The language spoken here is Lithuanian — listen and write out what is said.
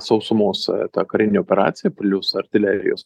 sausumos ta karine operacija plius artilerijos